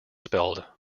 spelled